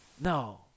No